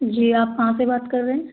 जी आप कहाँ से बात कर रहें